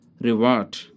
reward